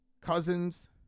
Cousins